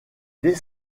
dès